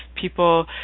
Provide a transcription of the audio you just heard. people